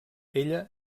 ella